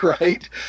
right